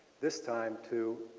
this time to